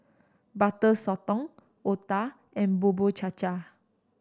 Butter Sotong otah and Bubur Cha Cha